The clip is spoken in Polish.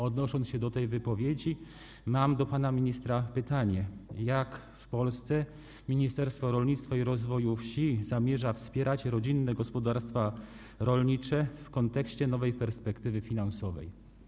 Odnosząc się do tej wypowiedzi, mam do pana ministra pytanie: Jak w Polsce Ministerstwo Rolnictwa i Rozwoju Wsi zamierza wspierać rodzinne gospodarstwa rolnicze w kontekście nowej perspektywy finansowej?